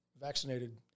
vaccinated